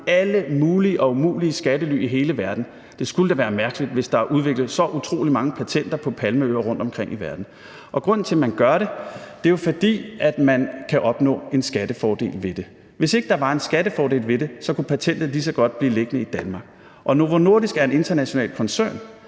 alle mulige og umulige skattely i hele verden. Det skulle da være mærkeligt, hvis der var udviklet så utrolig mange patenter på palmeøer rundtomkring i verden. Og grunden til, at man gør det, er jo, at man kan opnå en skattefordel ved det. Hvis ikke der var en skattefordel ved det, kunne patentet lige så godt blive liggende i Danmark. Og Novo Nordisk er en international koncern,